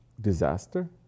disaster